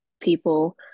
people